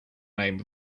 name